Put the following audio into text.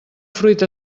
fruita